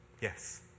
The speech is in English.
Yes